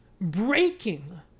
breaking